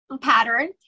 pattern